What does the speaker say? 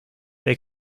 they